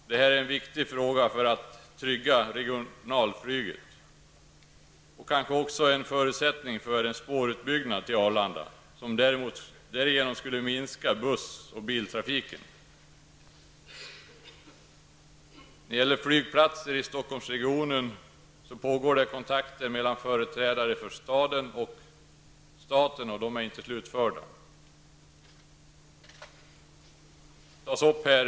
Detta är en viktig fråga när det gäller att trygga regionalflyget, och det är kanske också en förutsättning för en spårutbyggnad till Arlanda, vilken skulle minska buss och biltrafiken. I frågan om flygplatser i Stockholmsregionen förekommer förhandlingar mellan företrädare för staden och staten. Dessa förhandlingar är ännu inte slutförda.